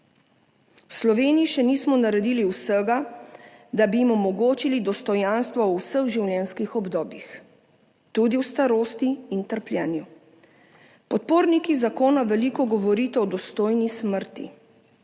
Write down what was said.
V Sloveniji še nismo naredili vsega, da bi jim omogočili dostojanstvo v vseh življenjskih obdobjih, tudi v starosti in trpljenju. Podporniki zakona veliko govorite o dostojni smrti.